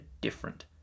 different